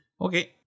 Okay